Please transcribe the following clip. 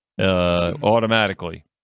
automatically